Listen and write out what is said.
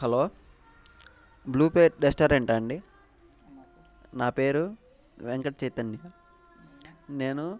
hello బ్లూపేర్ రెస్టారెంటా అండి నా పేరు వెంకట్ చైతన్య నేను